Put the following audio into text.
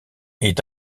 est